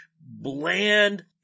bland